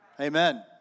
Amen